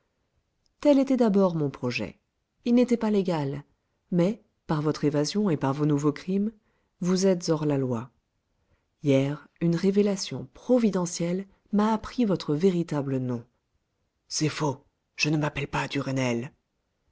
tel était d'abord mon projet il n'était pas légal mais par votre évasion et par vos nouveaux crimes vous êtes hors la loi hier une révélation providentielle m'a appris votre véritable nom c'est faux je ne m'appelle pas